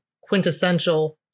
quintessential